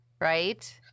right